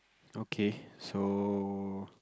okay so